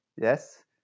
yes